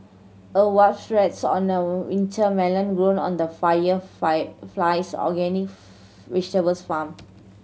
a wasp rests on a winter melon grown on the Fire Flies organic vegetables farm